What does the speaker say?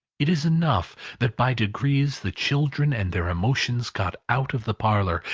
it is enough that by degrees the children and their emotions got out of the parlour,